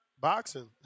boxing